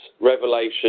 revelation